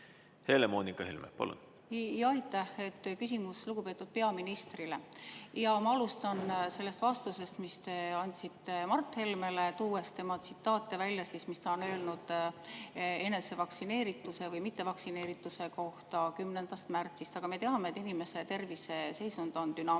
Helle-Moonika Helme, palun! Aitäh! Küsimus on lugupeetud peaministrile. Ma alustan sellest vastusest, mis te andsite Mart Helmele, tuues välja tema tsitaate, mis ta on öelnud enese vaktsineerituse või mittevaktsineerituse kohta 10. märtsil. Me teame, et inimese terviseseisund on dünaamiline.